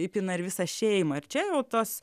įpina ir visą šeimą ir čia jau tas